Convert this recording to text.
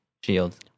Shields